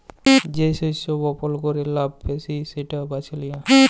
যে শস্য বপল ক্যরে লাভ ব্যাশি সেট বাছে লিয়া